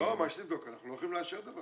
אנחנו לא יכולים לאשר דבר